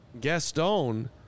Gaston